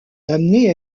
l’amener